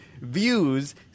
views